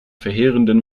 verheerenden